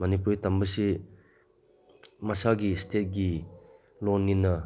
ꯃꯅꯤꯄꯨꯔꯤ ꯇꯝꯕꯁꯤ ꯃꯁꯥꯒꯤ ꯏꯁꯇꯦꯠꯀꯤ ꯂꯣꯟꯅꯤꯅ